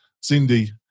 Cindy